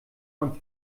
und